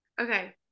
okay